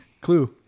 Clue